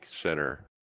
center